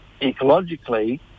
ecologically